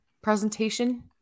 presentation